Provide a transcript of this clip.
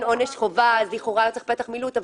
עונש חובה אז לכאורה צריך פתח מילוט,